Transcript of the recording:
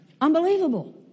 unbelievable